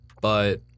But-